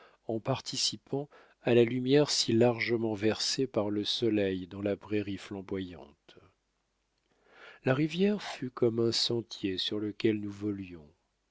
en participant à la lumière si largement versée par le soleil dans la prairie flamboyante la rivière fut comme un sentier sur lequel nous